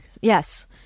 Yes